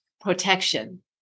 protection